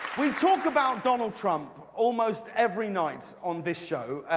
we talk about donald trump almost every night on this show,